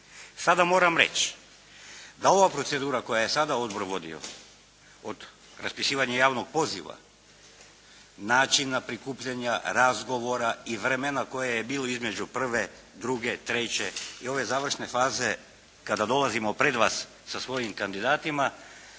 Sada moram reći da ova procedura koju je odbor vodio od raspisivanja javnog poziva, načina prikupljanja razgovora i vremena koje je bilo između prve, druge, treće i ove završne faze kada dolazimo pred vas sa svojim kandidatima